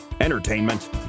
entertainment